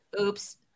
Oops